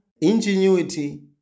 ingenuity